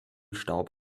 staub